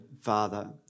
Father